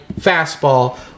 Fastball